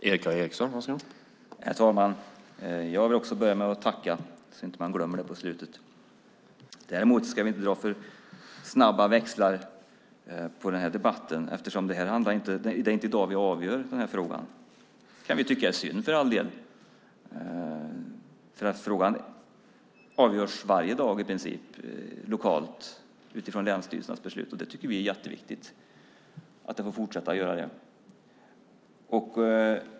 Herr talman! Jag vill också tacka. Däremot ska vi inte dra för snabba växlar av den här debatten eftersom det inte är i dag vi avgör frågan. Det kan jag för all del tycka är synd, för frågan avgörs i princip varje dag lokalt utifrån länsstyrelsernas beslut. Vi tycker att det är jätteviktigt att det får fortsätta så.